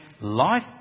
life